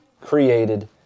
created